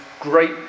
great